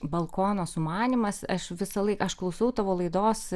balkono sumanymas aš visąlaik aš klausau tavo laidos